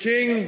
King